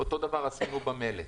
אותו דבר עשינו במלט.